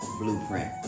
blueprint